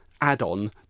add-on